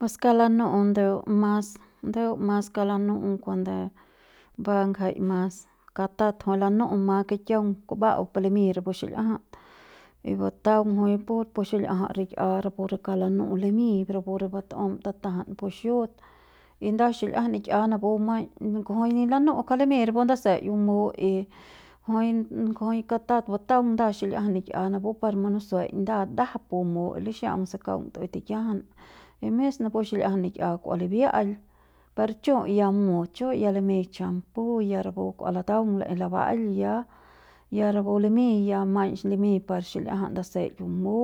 Pus kauk lanu'u ndeu mas ndeu mas kauk lanu'u kuande ba ngjai mas katat jui lanu'u ma kikiaung kumba'au pu limiñ rapu xil'iajat y batung jui pur pu xil'iajat rikia rapu re kauk lanu'u limiñ rapu re bat'un tatajam pu xut y nda xil'iajat nikia napu maiñ kujui ni lanu'u ngja limiñ rapu ndasei bamu y jui kujui katat bataung nda xil'iajat nikia napu par munusuei nda ndajap bumu lixa'aung se kaung tu'ui tikiajan y mis napu xil'iajat nikia kua libia'al per chu ya mut chu ya limiñ shampoo ya rapu kua lataung laei laba'al ya ya rapu limiñ ya ya maiñ limiñ par xil'iajat ndasei bamu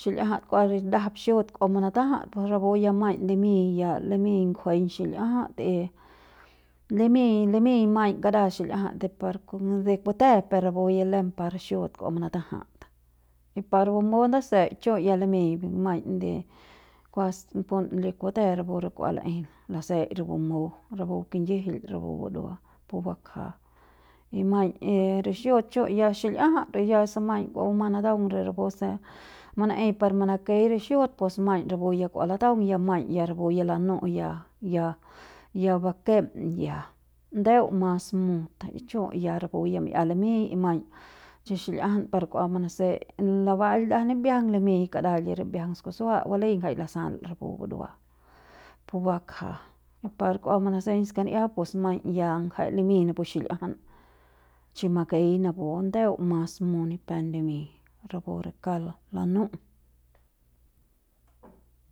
xil'ia par ndajap xut kua manatajat rapu ya maiñ limiñ ya limiñ nguejeiñ xil'iajat y limiñ limiñ maiñ lara xil'iajat de par de kute per ya rapu lem par xut kua manatajat y par bamu ndasei chu' ya limiñ maiñ de kuas pun li kute rapu kua laei lasei re bumu rapu kingijil rapu burua pu bakja y maiñ y re xut chu ya xil'iajat ya se maiñ kua bumang nataung de rapu se manaei par manakei re xut pus maiñ rapu ya kua lataung ya maiñ rapu ya lanu'u ya ya ya bakem ya ndeu mas mut y chu' ya rapu ya mi'ia limiñ y maiñ chi xil'iajanpar kua manasei labail ndajap nimbiajang limiñ kara li rimbiajang skusua balei bgjai rasal rapu burua pu bakja par kua manaseiñ skan'ia pus maiñ ya ngjai limiñ napu xil'iajat chi makei napu ndeu mas mut ni pe limiñ rapu re kauk lanu'u.